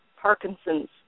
Parkinson's